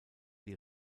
die